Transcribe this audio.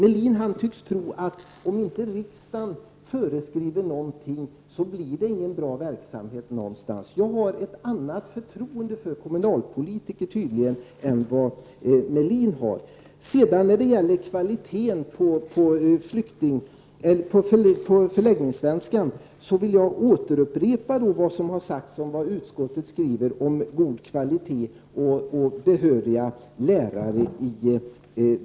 Ulf Melin tycks tro att om riksdagen inte föreskriver något, så blir det ingen bra verksamhet någonstans. Jag har tydligen ett annat förtroende för kommunalpolitiker än vad Ulf Melin har. När det gäller kvaliteten på förläggningssvenskan vill jag åter hänvisa till vad som har sagts om vad utskottet skriver i betänkandet om god kvalitet och behöriga lärare.